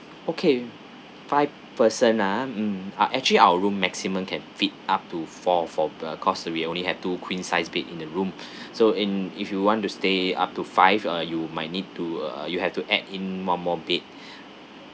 okay five person ah mm ah actually our room maximum can fit up to four for uh cause we only have two queen size bed in the room so in if you want to stay up to five uh you might need to uh you have to add in one more bed